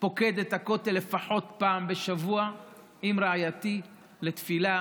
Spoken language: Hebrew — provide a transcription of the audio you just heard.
פוקד את הכותל לפחות פעם בשבוע עם רעייתי לתפילה,